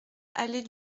allée